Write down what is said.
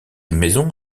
maison